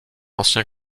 ancien